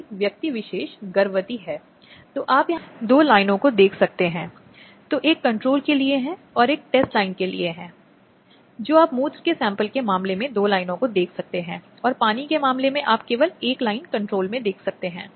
कुछ विशिष्ट अपराध जो महिलाओं के लिए किए गए हैं और उन अपराधों को मैंने दो श्रेणियों में वर्गीकृत किया है एक जो जीवन और एक महिला की गरिमा के खिलाफ है